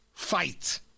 fight